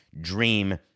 dream